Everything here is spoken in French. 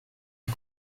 est